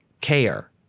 care